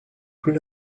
plus